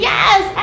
Yes